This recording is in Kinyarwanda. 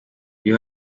iyo